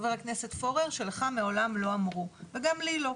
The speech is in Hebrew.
חבר הכנסת פורר, שלך מעולם לא אמרו וגם לי לא,